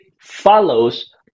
follows